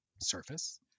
surface